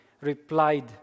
replied